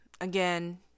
again